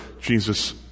Jesus